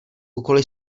úkoly